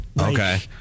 Okay